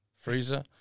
Freezer